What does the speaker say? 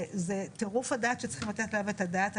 זה טירוף הדעת, שצריכים לתת עליו את הדעת.